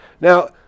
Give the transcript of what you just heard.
Now